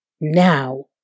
Now